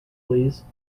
please